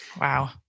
Wow